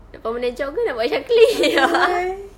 nak permanent job ke nak buat Shaklee